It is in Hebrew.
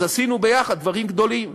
אז עשינו יחד דברים גדולים.